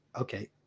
okay